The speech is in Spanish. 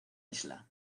isla